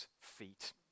feet